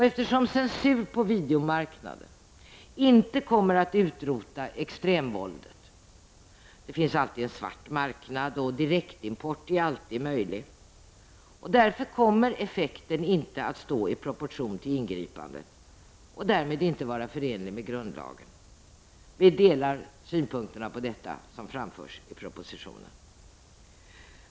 Eftersom censur på videomarknaden inte kommer att utrota extremvåldet, t.ex. därför att det finns en svart marknad och därför att direktimport alltid är möjlig, kommer effekten inte att stå i proportion till ingripandet och därmed inte vara förenlig med grundlagen. Vi delar de synpunkter på detta som framförs i propositionen.